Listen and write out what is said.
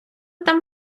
там